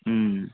ம்